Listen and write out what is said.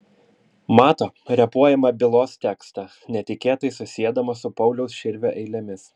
mato repuojamą bylos tekstą netikėtai susiedamas su pauliaus širvio eilėmis